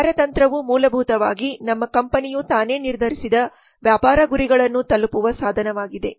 ಕಾರ್ಯತಂತ್ರವು ಮೂಲಭೂತವಾಗಿ ನಮ್ಮ ಕಂಪನಿಯು ತಾನೇ ನಿರ್ಧರಿಸಿದ ವ್ಯಾಪಾರ ಗುರಿಗಳನ್ನು ತಲುಪುವ ಸಾಧನವಾಗಿದೆ